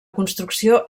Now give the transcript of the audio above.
construcció